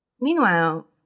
meanwhile